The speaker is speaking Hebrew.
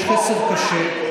יש חוסר קשה,